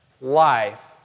life